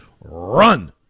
Run